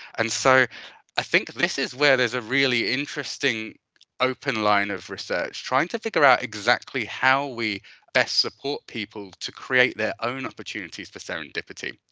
and so i think this is where there is a really interesting open line of research, trying to figure out exactly how we best support people to create their own opportunities for serendipity.